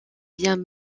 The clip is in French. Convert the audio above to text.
bien